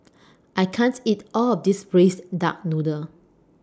I can't eat All of This Braised Duck Noodle